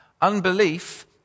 Unbelief